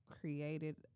created